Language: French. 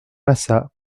massat